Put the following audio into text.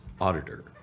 auditor